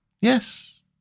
Yes